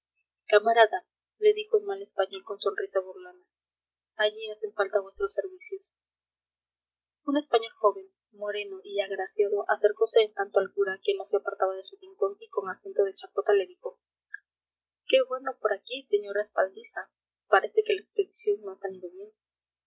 camarada le dijo en mal español con sonrisa burlona allí hacen falta vuestros servicios un español joven moreno y agraciado acercose en tanto al cura que no se apartaba de su rincón y con acento de chacota le dijo qué bueno por aquí sr respaldiza parece